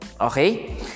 Okay